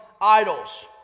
idols